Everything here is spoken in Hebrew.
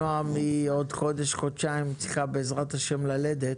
נעם בעוד חודש-חודשיים צריכה, בעזרת השם, ללדת,